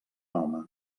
home